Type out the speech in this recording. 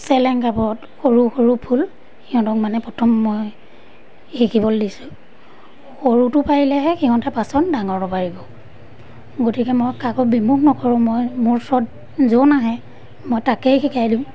চেলেং কাপোৰত সৰু সৰু ফুল সিহঁতক মানে প্ৰথম মই শিকিবলৈ দিছোঁ সৰুটো পাৰিলেহে সিহঁতে পাছত ডাঙৰটো পাৰিব গতিকে মই কাকো বিমুখ নকৰোঁ মই মোৰ ওচৰত যোন আহে মই তাকেই শিকাই দিওঁ